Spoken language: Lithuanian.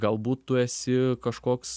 galbūt tu esi kažkoks